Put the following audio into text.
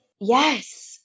Yes